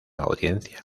audiencia